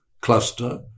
cluster